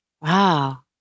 Wow